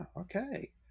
Okay